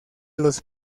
los